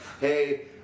hey